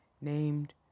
named